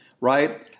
right